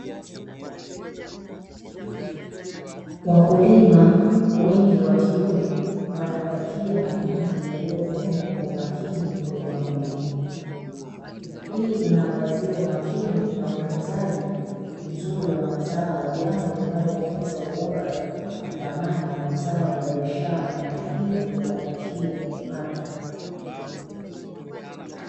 Wakulima wengi wa kiume wanapakia mahindi yaliyovunwa kwa umakini kwenye magunia. hii inaangazia umakini na utunzaji mzuri wa mazao jambo linaloongeza ubora na thamani ya mazao ya biashara na hivo kuwapatia kipato.